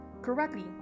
Correctly